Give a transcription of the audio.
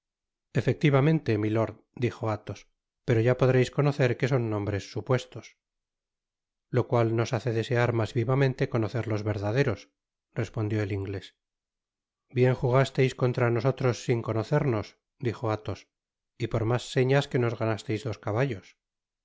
efectivamente milord dijo athos pero ya podreis conocer que son nombres supestos lo cual nos hace desear mas vivamente conocer los verdaderos respondió el inglés bien jugasteis contra nosotros sin conocernos dijo athos y por mas señas que nos ganasteis dos caballos